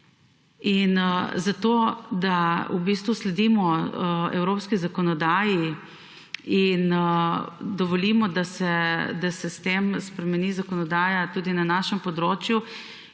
Zato da sledimo evropski zakonodaji in dovolimo, da se s tem spremeni zakonodaja tudi na našem področju,